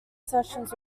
sessions